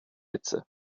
witze